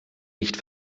nicht